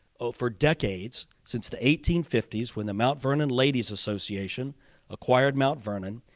over decades, since the eighteen fifty s when the mount vernon ladies association acquired mount vernon,